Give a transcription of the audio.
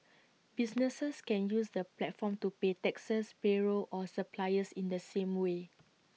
businesses can use the platform to pay taxes payroll or suppliers in the same way